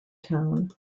town